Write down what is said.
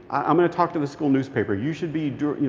i'm going to talk to the school newspaper. you should be, you